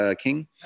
king